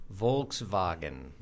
Volkswagen